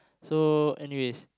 so anyways